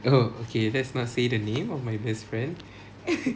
oh okay let's not say the name of my best friend